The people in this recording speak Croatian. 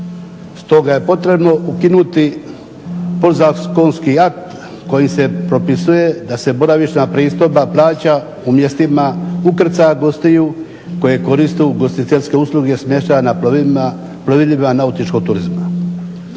Stoga je potrebno ukinuti podzakonski akt kojim se propisuje da se boravišna pristojba plaća u mjestima ukrcaja gostiju koje koriste ugostiteljske usluge smještaja na plovilima nautičkog turizma.